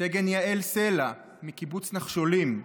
סגן יעל סלע מקיבוץ נחשולים,